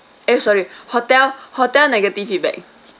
eh sorry hotel hotel negative feedback